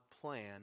plan